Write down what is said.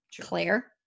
Claire